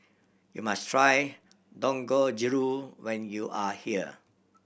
you must try Dangojiru when you are here